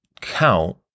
count